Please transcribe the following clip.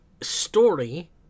Story